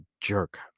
jerk